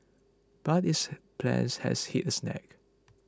but its plans has hit a snag